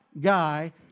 guy